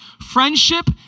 Friendship